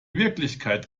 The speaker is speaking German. wirklichkeit